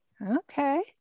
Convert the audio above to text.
okay